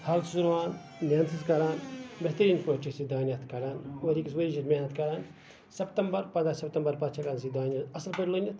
تھَل چھِس رُوان محنَت چھِ کَران بہتریٖن پٲٹھۍ چھِ أسۍ دانہِ اَتھ کَڑان اور أکِس ؤریَس چھِ أسۍ محنت کَران سپتمبَر پَنداہ سپتمبَر پَتھ چھِ ہیٚکان أسۍ یہِ دانہِ اَصٕل پٲٹھۍ لوٗنِتھ